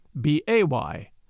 B-A-Y